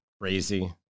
crazy